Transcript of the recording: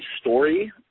story –